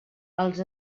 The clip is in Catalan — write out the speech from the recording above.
els